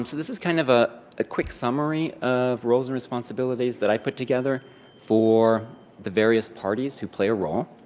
um so this is kind of ah a quick summary of roles and responsibilities that i put together for the various parties who play a role.